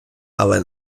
але